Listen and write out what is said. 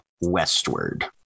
westward